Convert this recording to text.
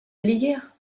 liger